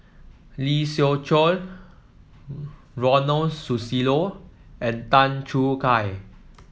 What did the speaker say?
Lee Siew Choh Ronald Susilo and Tan Choo Kai